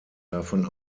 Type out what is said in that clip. davon